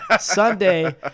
Sunday